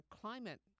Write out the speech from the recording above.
climate